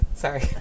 sorry